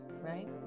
Right